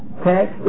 okay